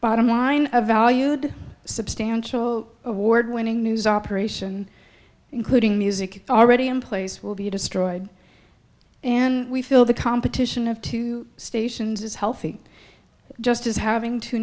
bottom line a valued substantial award winning news operation including music already in place will be destroyed and we feel the competition of two stations is healthy just as having two